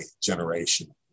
generation